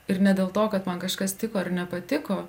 ir ne dėl to kad man kažkas tiko ar nepatiko